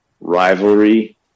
Rivalry